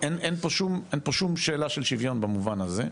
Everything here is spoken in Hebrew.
אין פה שום שאלה של שוויון במובן הזה,